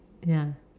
ya